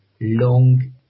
long